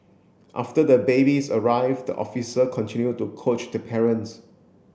after the babies arrive the officer continue to coach the parents